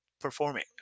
performing